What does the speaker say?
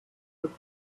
could